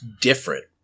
different